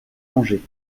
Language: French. manger